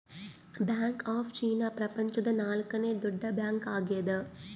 bank of China ಪ್ರಪಂಚದ ನಾಲ್ಕನೆ ದೊಡ್ಡ ಬ್ಯಾಂಕ್ ಆಗ್ಯದ